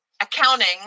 accounting